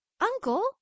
Uncle